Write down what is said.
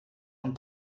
von